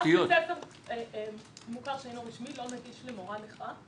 רק בית ספר מוכר שאינו רשמי לא נגיש למורה נכה.